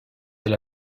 elle